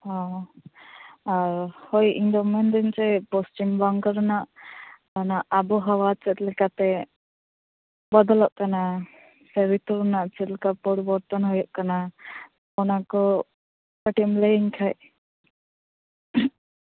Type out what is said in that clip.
ᱚ ᱟᱨ ᱦᱚᱭ ᱤᱧᱫᱚ ᱢᱮᱱᱮᱫᱟ ᱧ ᱡᱮ ᱯᱚᱥᱪᱤᱢ ᱵᱚᱝᱜᱚ ᱨᱮᱱᱟᱜ ᱚᱱᱟ ᱚᱵᱚᱦᱟᱣᱟ ᱪᱮᱫ ᱞᱮᱠᱟᱛᱮ ᱵᱚᱫᱚᱞᱚᱜ ᱠᱟᱱᱟ ᱥᱮ ᱨᱤᱛᱩ ᱨᱮᱱᱟᱜ ᱪᱮᱫᱞᱮᱠᱟ ᱯᱚᱨᱤᱵᱚᱨᱛᱚᱱ ᱦᱩᱭᱩᱜ ᱠᱟᱱᱟ ᱚᱱᱟᱠᱚ ᱠᱟ ᱴᱤᱡ ᱮᱢ ᱞᱟ ᱭᱟ ᱧ ᱠᱷᱟᱡ